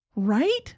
Right